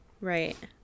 right